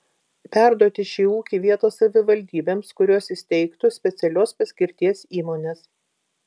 perduoti šį ūkį vietos savivaldybėms kurios įsteigtų specialios paskirties įmones